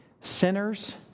sinners